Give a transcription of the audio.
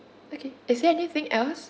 okay is there anything else